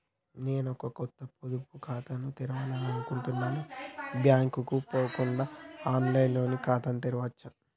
నేను ఒక కొత్త పొదుపు ఖాతాను తెరవాలని అనుకుంటున్నా బ్యాంక్ కు పోకుండా ఆన్ లైన్ లో ఖాతాను తెరవవచ్చా?